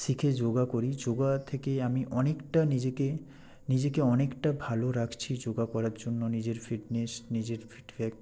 শিখে যোগা করি যোগা থেকেই আমি অনেকটা নিজেকে নিজেকে অনেকটা ভালো রাখছি যোগা করার জন্য নিজের ফিটনেস নিজের ফিডব্যাক